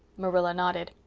marilla nodded.